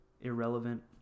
irrelevant